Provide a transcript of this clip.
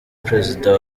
prezida